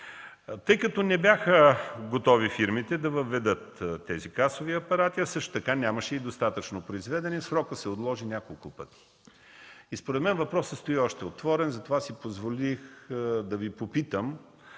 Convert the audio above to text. фирмите не бяха готови да въведат тези касови апарати, а нямаше и достатъчно произведени, срокът се отложи няколко пъти. Според мен въпросът е още отворен. Затова си позволих да Ви попитам: